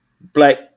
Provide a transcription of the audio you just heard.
black